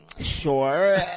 Sure